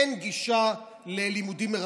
אין גישה ללימודים מרחוק: